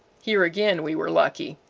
here, again, we were lucky.